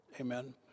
Amen